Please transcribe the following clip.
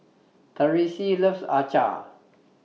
Therese loves Acar